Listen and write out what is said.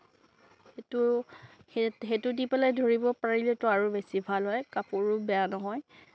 সেইটো সেইটো দি পেলাই ধৰিব পাৰিলেটো আৰু বেছি ভাল হয় কাপোৰো বেয়া নহয়